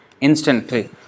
instantly